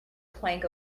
plank